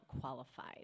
qualified